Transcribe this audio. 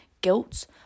guilt